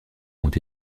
ont